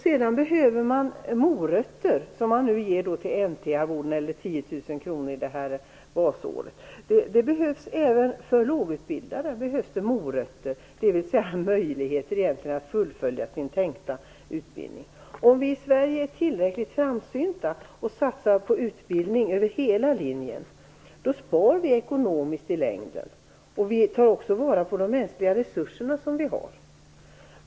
Man behöver morötter, som t.ex. N/T-arvodet eller stipendiet på 10 000 kr för basåret på komvux. Det behövs morötter även för lågutbildade, dvs. möjligheter för dem att fullfölja sin tänkta utbildning. Om vi i Sverige är tillräckligt framsynta och satsar på utbildning över hela linjen sparar vi i längden. Vi tar också vara på de mänskliga resurser som vi har.